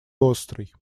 острый